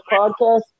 podcast